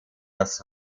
das